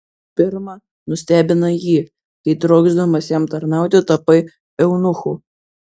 pirma nustebinai jį kai trokšdamas jam tarnauti tapai eunuchu